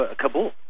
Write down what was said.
Kabul